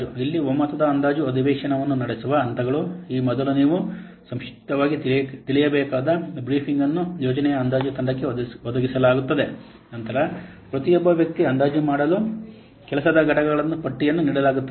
ಇಲ್ಲಿ ಒಮ್ಮತದ ಅಂದಾಜು ಅಧಿವೇಶನವನ್ನು ನಡೆಸುವ ಹಂತಗಳು ಈ ಮೊದಲು ನೀವು ಸಂಕ್ಷಿಪ್ತವಾಗಿ ತಿಳಿಸಬೇಕಾದ ಬ್ರೀಫಿಂಗ್ ಅನ್ನು ಯೋಜನೆಯ ಅಂದಾಜು ತಂಡಕ್ಕೆ ಒದಗಿಸಲಾಗುತ್ತದೆ ನಂತರ ಪ್ರತಿಯೊಬ್ಬ ವ್ಯಕ್ತಿಗೆ ಅಂದಾಜು ಮಾಡಲು ಕೆಲಸದ ಘಟಕಗಳ ಪಟ್ಟಿಯನ್ನು ನೀಡಲಾಗುತ್ತದೆ